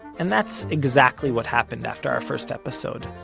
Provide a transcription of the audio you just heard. and that's exactly what happened after our first episode.